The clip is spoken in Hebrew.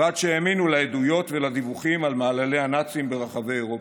ועד שהאמינו לעדויות ולדיווחים על מעללי הנאצים ברחבי אירופה.